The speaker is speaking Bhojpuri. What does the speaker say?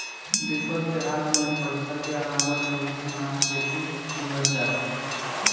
विपद के हाल में पइसा के अलावे जरूरी सामान के भी दिहल जाला